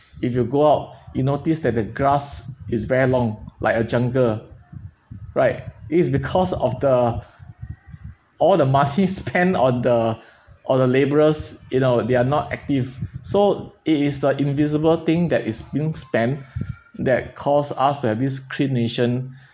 if you go out you noticed that the grass is very long like a jungle right it is because of the all the money spent on the or the labourers you know they're not active so it is the invisible thing that is being spend that cost us that this clean nation